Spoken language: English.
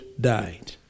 died